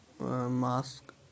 mask